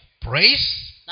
praise